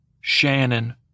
Shannon